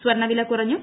സ്വർണ്ണവില കുറഞ്ഞു